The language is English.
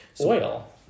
oil